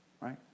Right